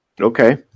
Okay